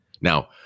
Now